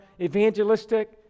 evangelistic